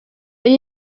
when